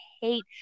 hate